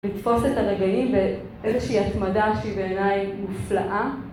לתפוס את הרגעים ואיזושהי התמדה שהיא בעיניי מופלאה